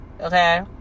Okay